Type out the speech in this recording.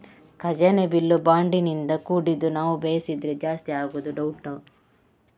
ಖಜಾನೆ ಬಿಲ್ಲು ಬಾಂಡಿನಿಂದ ಕೂಡಿದ್ದು ನಾವು ಬಯಸಿದ್ರೆ ಜಾಸ್ತಿ ಆಗುದು ಡೌಟ್